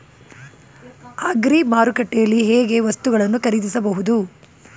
Agri ಮಾರುಕಟ್ಟೆಯಲ್ಲಿ ಹೇಗೆ ವಸ್ತುಗಳನ್ನು ಖರೀದಿಸಬಹುದು?